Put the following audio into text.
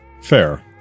Fair